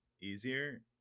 easier